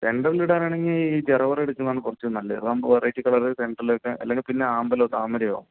സെൻ്ററിൽ ഇടാൻ ആണെങ്കിൽ ഈ ജരബറ എടുക്കുന്നത് ആണ് കുറച്ചും കൂടെ നല്ലത് അതാവുമ്പോൾ വെറൈറ്റീ കളർ സെൻ്ററിൽ വെക്കാൻ അല്ലെങ്കിൽ പിന്നെ ആമ്പലോ താമരയോ